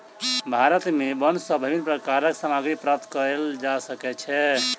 भारत में वन सॅ विभिन्न प्रकारक सामग्री प्राप्त कयल जा सकै छै